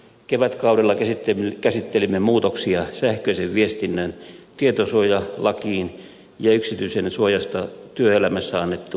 kevätkaudella käsittelimme muutoksia sähköisen viestinnän tietosuojalakiin ja yksityisyyden suojasta työelämässä annettuun lakiin